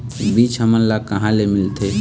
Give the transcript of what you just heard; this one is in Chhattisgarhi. बीज हमन ला कहां ले मिलथे?